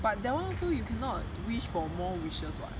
but that one also you cannot wish for more wishes [what]